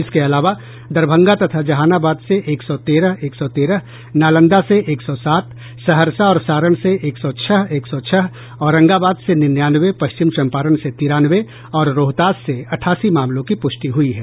इसके अलावा दरभंगा तथा जहानाबाद से एक सौ तेरह एक सौ तेरह नालंदा से एक सौ सात सहरसा और सारण से एक सौ छह एक सौ छह औरंगाबाद से निन्यानवे पश्चिम चंपारण से तिरानवे और रोहतास से अट्ठासी मामलों की पुष्टि हुई है